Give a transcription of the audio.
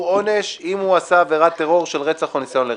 עונש אם הוא עשה עבירת טרור של רצח או ניסיון לרצח.